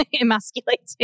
emasculating